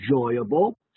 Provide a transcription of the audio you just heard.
enjoyable